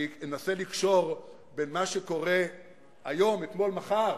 אני אנסה לקשור בין מה שקורה היום, אתמול, מחר,